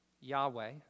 Yahweh